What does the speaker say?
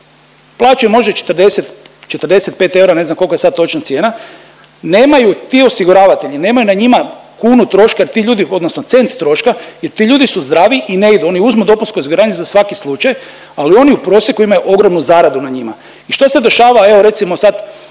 plaćaju možda 40, 45 eura ne znam koliko je sad točno cijena. Nemaju, ti osiguravatelji nemaju na njima kunu troška jer ti ljudi odnosno cent troška jer ti ljudi su zdravi i ne idu. Oni uzmu dopunsko osiguranje za svaki slučaj, ali oni u prosjeku imaju ogromnu zaradu na njima. I što se dešava evo recimo sad